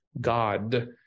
God